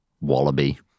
Wallaby